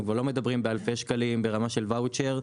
ואנחנו כבר לא מדברים על אלפי שנים ברמה של ואוצ'ר,